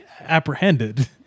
apprehended